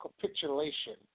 capitulation